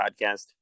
podcast